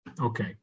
Okay